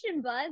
buzz